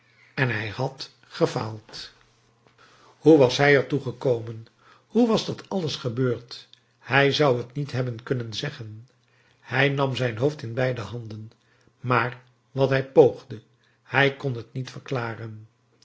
en hij had gefaald hoe was hij er toe gekomen hoe was dat alles gebeurd hij zou het niet hebben kunnen zeggen hij nam zijn hoofd in beide handen maar wat hij poogde hij kon het zich niet verklaren